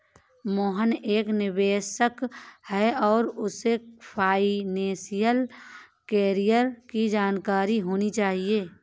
मोहन एक निवेशक है और उसे फाइनेशियल कैरियर की जानकारी होनी चाहिए